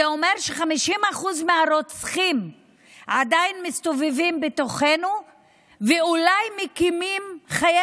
זה אומר ש-50% מהרוצחים עדיין מסתובבים בינינו ואולי מקיימים חיי